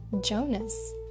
Jonas